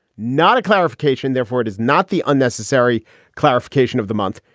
not a clarification. therefore, it is not the unnecessary clarification of the month.